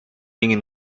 ingin